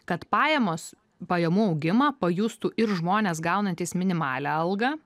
kad pajamos pajamų augimą pajustų ir žmonės gaunantys minimalią algą